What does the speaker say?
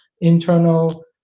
internal